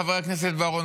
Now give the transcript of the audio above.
חבר הכנסת בוארון,